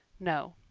no.